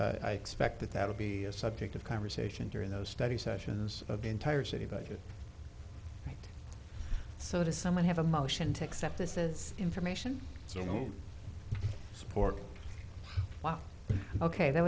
so i expect that that will be a subject of conversation during those study sessions of the entire city budget so does someone have a motion to accept this is information you know support wow ok that